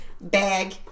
Bag